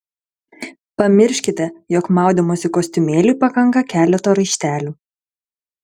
pamirškite jog maudymosi kostiumėliui pakanka keleto raištelių